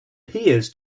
piers